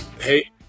Hey